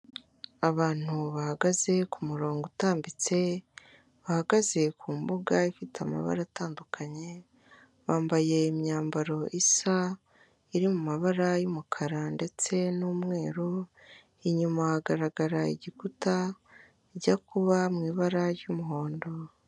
Abantu bahagaze ku murongo utambitse, bahagaze ku mbuga ifite amabara atandukanye, bambaye imyambaro isa, iri mu mabara y'umukara ndetse n'umweru, inyuma hagaragara igikuta kijya kuba mu ibara ry'umuhondo.